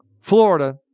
Florida